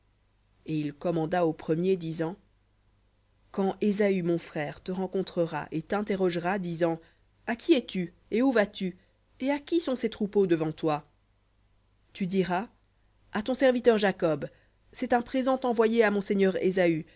il commanda au premier disant quand ésaü mon frère te rencontrera et t'interrogera disant à qui es-tu et où vas-tu et à qui sont ces devant toi tu diras à ton serviteur jacob c'est un présent envoyé à